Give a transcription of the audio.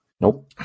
Nope